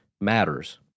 matters